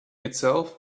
itself